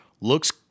looks